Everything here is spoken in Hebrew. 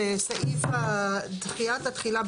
בסעיף דחיית התחילה,